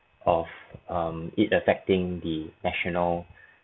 of um it affecting the national